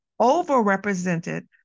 overrepresented